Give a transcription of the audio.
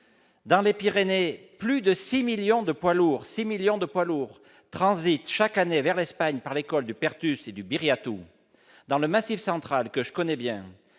dans les Pyrénées, plus de 6 millions de poids lourds transitent chaque année vers l'Espagne par les cols du Perthus et du Biriatou. Dans le Massif central, que je connais bien,